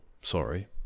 sorry